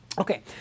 Okay